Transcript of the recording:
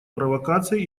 провокаций